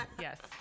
Yes